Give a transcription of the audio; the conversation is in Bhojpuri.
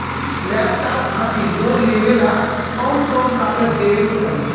लैपटाप खातिर लोन लेवे ला कौन कौन कागज देवे के पड़ी?